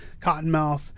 Cottonmouth